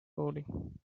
coding